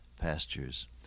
pastures